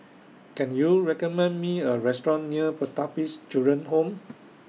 Can YOU recommend Me A Restaurant near Pertapis Children Home